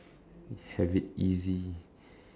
have it easy